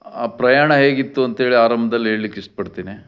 ಆ ಪ್ರಯಾಣ ಹೇಗಿತ್ತು ಅಂತ ಹೇಳಿ ಆರಂಭದಲ್ಲಿ ಹೇಳ್ಲಿಕ್ಕೆ ಇಷ್ಟಪಡ್ತೀನಿ